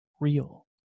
real